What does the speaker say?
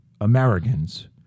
Americans